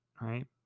right